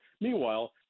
Meanwhile